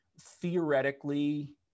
Theoretically